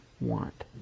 want